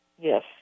Yes